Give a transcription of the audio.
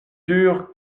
sûr